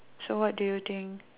so what do you think